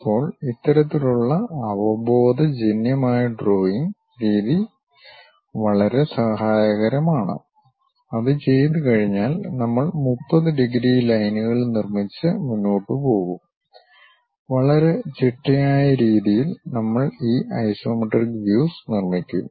ഇപ്പോൾ ഇത്തരത്തിലുള്ള അവബോധജന്യമായ ഡ്രോയിംഗ് രീതി വളരെ സഹായകരമാണ് അത് ചെയ്തുകഴിഞ്ഞാൽ നമ്മൾ 30 ഡിഗ്രി ലൈനുകൾ നിർമ്മിച്ച് മുന്നോട്ട് പോകും വളരെ ചിട്ടയായ രീതിയിൽ നമ്മൾ ഈ ഐസോമെട്രിക് വ്യൂസ് നിർമ്മിക്കും